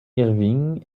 irving